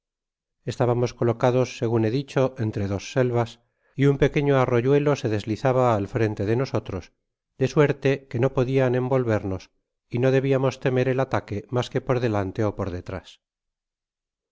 estabamos colocados segun he dicho entre dos selvas y un pequeño arroyieto se deslizaba al frente de nosotros de suerte que no podian envolvernos y no debiamos temer el ataque mas que por delante é por detrás